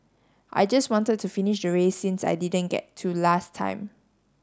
I just wanted to finish the race since I didn't get to last time